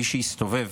מי שהסתובב